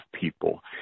people